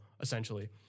essentially